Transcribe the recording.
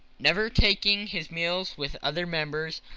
never taking his meals with other members,